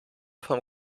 vom